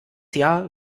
jahr